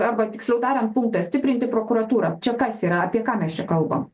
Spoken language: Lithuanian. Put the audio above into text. arba tiksliau tariant punktas stiprinti prokuratūrą čia kas yra apie ką mes čia kalbam